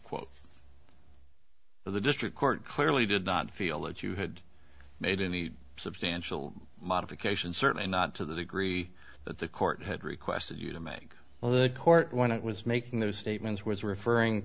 quote the district court clearly did not feel that you had made any substantial modifications certainly not to the degree that the court had requested you to make well the court when it was making those statements was referring